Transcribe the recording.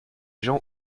gens